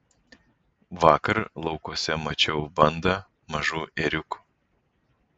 vakar laukuose mačiau bandą mažų ėriukų